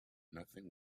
nothing